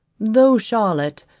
though charlotte,